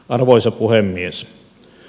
arvoisa puhemies